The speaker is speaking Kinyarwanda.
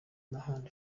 n’ahandi